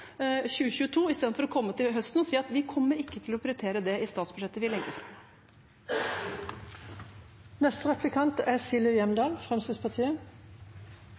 2022, i stedet for å komme til høsten, at vi ikke kommer til å prioritere det i statsbudsjettet vi legger fram.